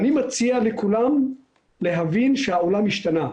אני מציע לכולם להבין שהעולם השתנה.